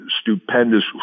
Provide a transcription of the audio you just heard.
stupendous